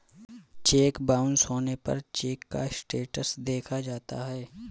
check bounce होने पर cheque का स्टेटस देखा जाता है